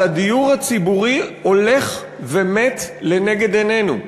אבל הדיור הציבורי הולך ומת לנגד עינינו.